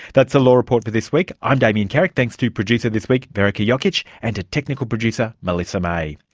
that's the law report for this week. i'm damien carrick. thanks to producer this week, verica jokic, and to technical producer melissa may.